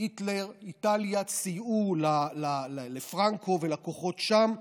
היטלר ואיטליה סייעו לפרנקו ולכוחות שם.